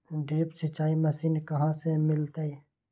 Drip सिंचाई machine कहाँ से मिलतै?